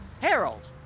Harold